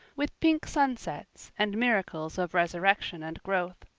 with pink sunsets and miracles of resurrection and growth.